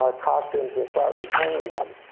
ah costumes and start returning them.